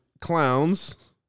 clowns